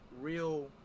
real